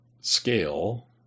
scale